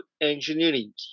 engineering